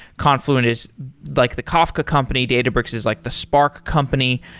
confluent is like the kafka company. databricks is like the spark company.